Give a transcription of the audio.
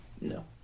No